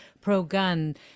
pro-gun